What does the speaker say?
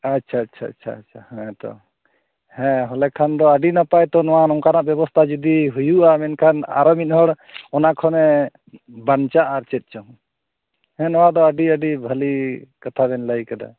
ᱟᱪᱪᱷᱟ ᱟᱪᱪᱷᱟ ᱟᱪᱪᱷᱟ ᱦᱮᱛᱳ ᱛᱟᱦᱚᱞᱮ ᱠᱷᱟᱱ ᱫᱚ ᱟᱹᱰᱤ ᱱᱟᱯᱟᱭᱛᱳ ᱱᱚᱣᱟ ᱱᱚᱝᱠᱟᱱᱟᱜ ᱵᱮᱵᱚᱥᱛᱷᱟ ᱡᱚᱫᱤ ᱦᱩᱭᱩᱜᱼᱟ ᱢᱮᱱᱠᱷᱟᱱ ᱟᱨᱳ ᱢᱤᱫᱦᱚᱲ ᱢᱟᱱᱮ ᱵᱟᱧᱪᱟᱜᱼᱟ ᱟᱨ ᱪᱮᱫ ᱪᱚᱝ ᱱᱚᱣᱟ ᱫᱚ ᱟᱹᱰᱤ ᱟᱹᱰᱤ ᱵᱷᱟᱹᱞᱮ ᱠᱟᱛᱷᱟ ᱵᱤᱱ ᱞᱟᱹᱭ ᱟᱠᱟᱫᱟ